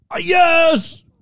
Yes